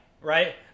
right